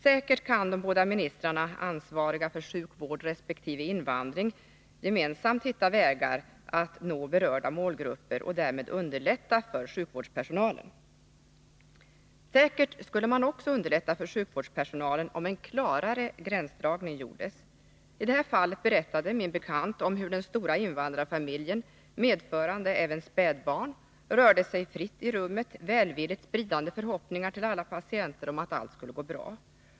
Säkerligen kan de båda ministrarna, ansvariga för sjukvård resp. invandring, gemensamt hitta vägar att nå berörda målgrupper och därmed underlätta för sjukvårdspersonalen. Säkert skulle man också underlätta för sjukvårdspersonalen om en klarare gränsdragning gjordes. I det här fallet berättade min bekant om hur den stora invandrarfamiljen, medförande även spädbarn, rörde sig fritt i rummet, välvilligt spridande förhoppningar till alla patienter om att allt skulle gå bra.